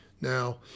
Now